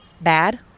bad